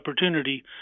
opportunity